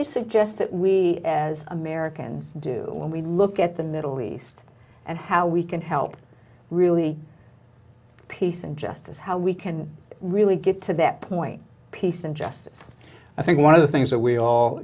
you suggest that we as americans do when we look at the middle east and how we can help really peace and justice how we can really get to that point peace and justice i think one of the things that we all